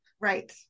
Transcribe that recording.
right